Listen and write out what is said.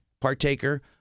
partaker